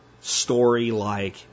story-like